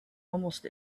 almost